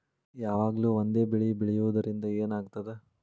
ಯಾವಾಗ್ಲೂ ಒಂದೇ ಬೆಳಿ ಬೆಳೆಯುವುದರಿಂದ ಏನ್ ಆಗ್ತದ?